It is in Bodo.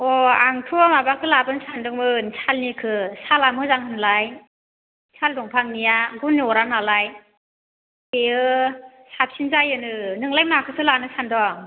अह आंथ' माबाखौ लाबोनो सान्दोंमोन सालनिखो साला मोजां होनलाय साल दंफांनिया गुन अरा नालाय बेयो साबसिन जायोनो नोंलाय माखौथो लानो सानदों